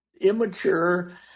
immature